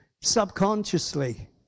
subconsciously